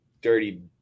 dirty